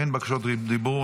אין בקשות דיבור.